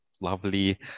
lovely